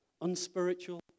unspiritual